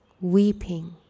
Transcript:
weeping